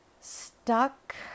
stuck